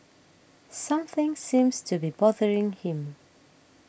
something seems to be bothering him